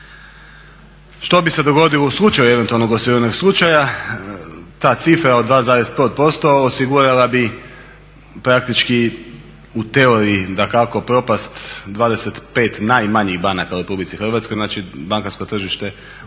Što bi se dogodilo u slučaju evenutalnog osiguranog slučaja? Ta cifra od 2,5% osigurala bi praktički u teoriji dakako propast 25 najmanjih banaka u Republici Hrvatskoj, znači bankarsko tržište,